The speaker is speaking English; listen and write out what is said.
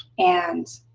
and